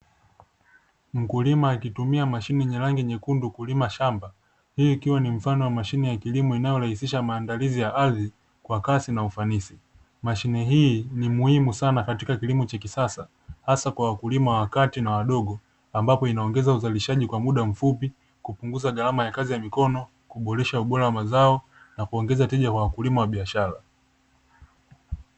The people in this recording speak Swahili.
Mkulima akitumia mashine yenye rangi nyekundu kulima shamba yeye ikiwa ni mfano wa mashine ya kilimo inayorahisisha maandalizi ya ardhi kwa kasi na ufanisi mashine hii ni muhimu sana katika kilimo cha kisasa hasa kwa wakulima wakati na wadogo ambapo inaongeza uzalishaji kwa muda mfupi kupunguza gharama ya kazi ya mikono kuboresha ubora wa mazao na kuongeza wateja kwa wakulima wa biashara